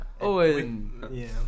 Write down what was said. Owen